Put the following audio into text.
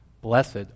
Blessed